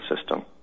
system